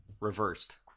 Reversed